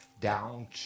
down